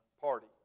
party